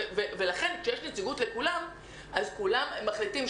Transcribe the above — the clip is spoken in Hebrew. כשיש נציגות לכולם אז כולם מחליטים.